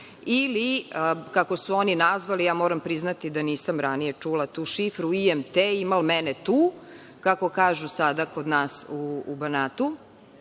Ili kako su oni nazvali, moram priznati da nisam ranije čula tu šifru, IMT imal mene tu, kako kažu sada kod nas u Banatu. Tako